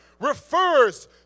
refers